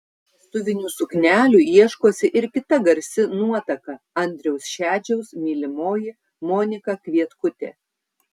vestuvinių suknelių ieškosi ir kita garsi nuotaka andriaus šedžiaus mylimoji monika kvietkutė